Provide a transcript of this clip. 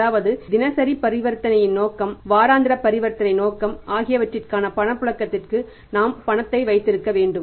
அதாவது தினசரி பரிவர்த்தனைநோக்கம் வாராந்திர பரிவர்த்தனை நோக்கம் ஆகியவற்றிற்கான பணபுழக்கத்திற்க்கு நாம் பணத்தை வைத்திருக்க வேண்டும்